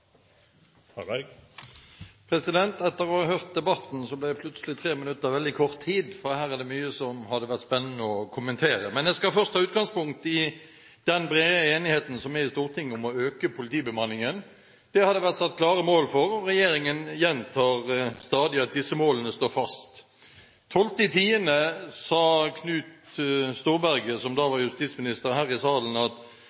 Etter å ha hørt på debatten ble plutselig 3 minutter veldig kort tid, for her er det mye som det hadde vært spennende å kommentere. Jeg skal først ta utgangspunkt i den brede enigheten som er i Stortinget, om å øke politibemanningen. Det har det vært satt klare mål for, og regjeringen gjentar stadig at disse målene står fast. Den 12. oktober sa Knut Storberget, som da